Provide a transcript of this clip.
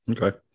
Okay